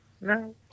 No